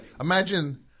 Imagine